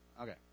Okay